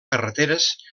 carreteres